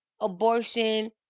abortion